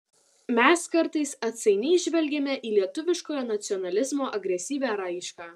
mes kartais atsainiai žvelgiame į lietuviškojo nacionalizmo agresyvią raišką